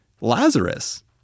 Lazarus